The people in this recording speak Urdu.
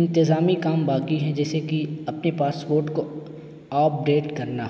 انتظامی کام باقی ہے جیسے کہ اپنے پاسپورٹ کو آپڈیٹ کرنا